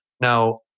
Now